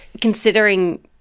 considering